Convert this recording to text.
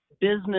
business